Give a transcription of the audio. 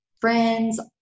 friends